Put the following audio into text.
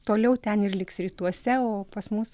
toliau ten ir liks rytuose o pas mus